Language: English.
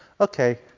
okay